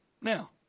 Now